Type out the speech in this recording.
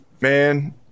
Man